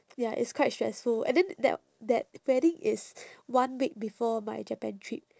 ya it's quite stressful and then that that wedding is one week before my japan trip